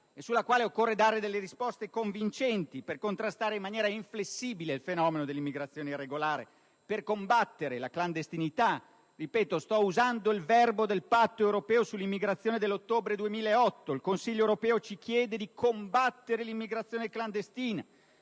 sulla quale occorre dare risposte convincenti per contrastare in maniera inflessibile il fenomeno dell'immigrazione irregolare e per combattere la clandestinità. Ripeto, sto usando il verbo impiegato nel Patto europeo sull'immigrazione dell'ottobre 2008: il Consiglio europeo ci chiede di combattere l'immigrazione clandestina,